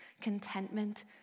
contentment